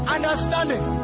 Understanding